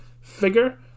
figure